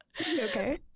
Okay